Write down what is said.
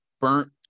burnt